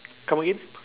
come again